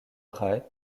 rae